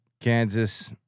Kansas